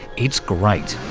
it's great.